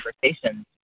conversations